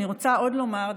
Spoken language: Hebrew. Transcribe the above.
אני רוצה עוד לומר,